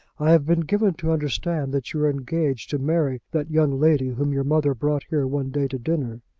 i have been given to understand that you are engaged to marry that young lady whom your mother brought here one day to dinner.